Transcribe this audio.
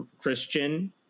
Christian